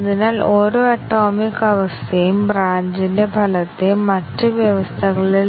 അതിനാൽ branch coverage കൈവരിക്കുമ്പോൾ 100 ശതമാനം ബ്രാഞ്ച് കവറേജ് ഈ ബഗ് കണ്ടുപിടിക്കാൻ കഴിയില്ല